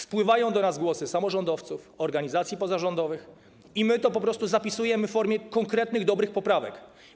Spływają do nas głosy samorządowców i organizacji pozarządowych i my to po prostu zapisujemy w formie konkretnych, dobrych poprawek.